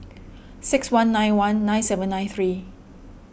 six one nine one nine seven nine three